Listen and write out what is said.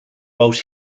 both